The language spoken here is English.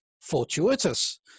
fortuitous